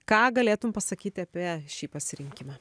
ką galėtum pasakyti apie šį pasirinkimą